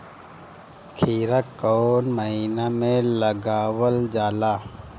खीरा कौन महीना में लगावल जाला?